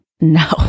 No